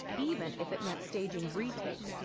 even if it meant staging retakes,